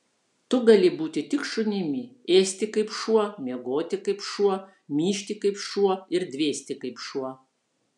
tu gali būti tik šunimi ėsti kaip šuo miegoti kaip šuo myžti kaip šuo ir dvėsti kaip šuo